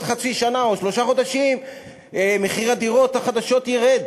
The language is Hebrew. חצי שנה או שלושה חודשים מחיר הדירות החדשות ירד,